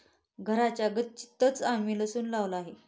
घराच्या गच्चीतंच आम्ही लसूण लावला आहे